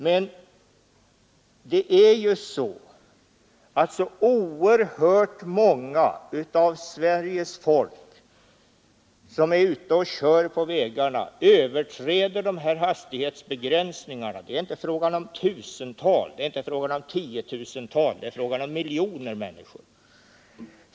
Men oerhört många bland Sveriges folk som är ute och kör på vägarna överträder dessa hastighetsbestämmelser. Det är inte fråga om tusental eller tiotusental, det är fråga miljoner människor.